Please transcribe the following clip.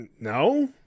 no